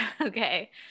okay